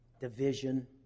division